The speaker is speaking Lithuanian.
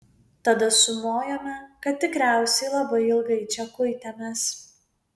tada sumojome kad tikriausiai labai ilgai čia kuitėmės